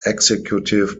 executive